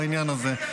העניין הזה.